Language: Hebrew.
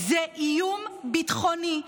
הם איום ביטחוני,